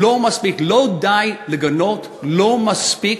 לא מספיק ולא די לגנות, לא מספיק